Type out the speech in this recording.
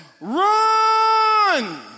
run